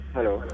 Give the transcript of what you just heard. Hello